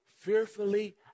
fearfully